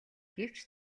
гэвч